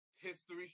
history